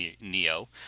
Neo